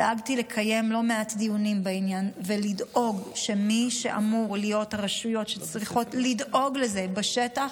דאגתי לקיים לא מעט דיונים בעניין ולדאוג שמי שאמור לדאוג לזה בשטח,